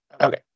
okay